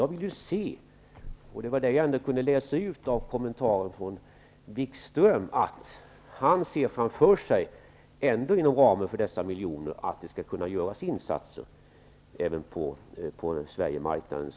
Jag tror att Jan-Erik Wikström -- det har jag ändå kunnat uttolka av hans kommentarer -- inom ramen för dessa miljoner ser möjligheter till insatser även på